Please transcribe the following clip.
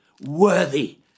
worthy